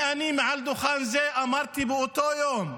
אני מעל דוכן זה אמרתי באותו יום